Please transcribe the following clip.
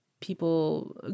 people